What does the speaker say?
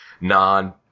non